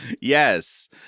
Yes